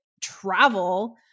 travel